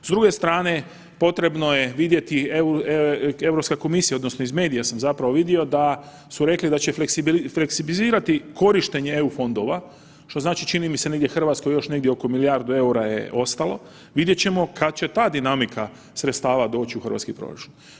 S druge strane potrebno je vidjeti, Europska komisija odnosno iz medija sam zapravo vidio da su rekli da će fleksibilizirati korištenje EU fondova, što znači čini mi se negdje RH još negdje oko milijardu EUR-a je ostalo, vidjet ćemo kad će ta dinamika sredstava doći u hrvatski proračun.